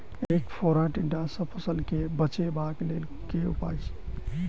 ऐंख फोड़ा टिड्डा सँ फसल केँ बचेबाक लेल केँ उपाय?